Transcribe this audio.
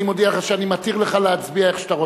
אני מודיע לך שאני מתיר לך להצביע איך שאתה רוצה.